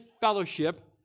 fellowship